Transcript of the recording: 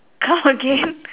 come again